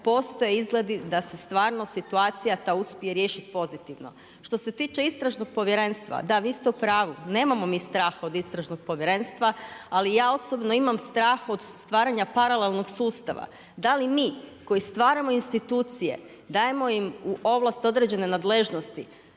postoje izgledi da se stvarno situacija ta uspije riješit pozitivno. Što se tiče istražnog povjerenstva, da vi ste u pravu. Nemamo mi strah od istražnog povjerenstva, ali ja osobno imam strah od stvaranja paralelnog sustava. Da li mi koji stvaramo institucije dajemo im u ovlast određene nadležnosti?